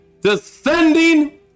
descending